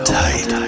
tight